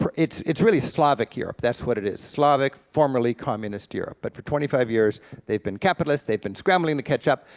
it's it's really slavic europe, that's what it is, slavic, formerly communist, europe. but for twenty five years they've been capitalist, they've been scrambling to catch up.